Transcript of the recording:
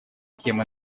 темы